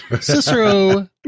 Cicero